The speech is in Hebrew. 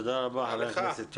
תודה רבה חבר הכנסת יוראי.